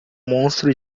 monstro